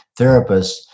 therapists